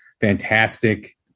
Fantastic